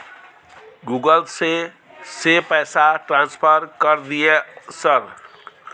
Google से से पैसा ट्रांसफर कर दिय सर?